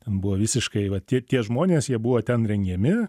ten buvo visiškai va tie tie žmonės jie buvo ten rengiami